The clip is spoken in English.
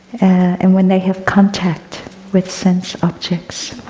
and when they have contact with sense objects.